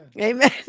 Amen